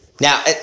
now